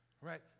right